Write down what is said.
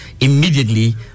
immediately